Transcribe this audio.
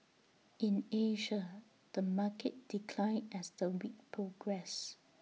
in Asia the market declined as the week progressed